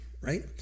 right